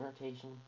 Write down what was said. rotation